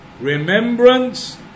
Remembrance